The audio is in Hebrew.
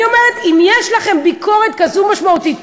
אני אומרת: אם יש לכם ביקורת כזו משמעותית,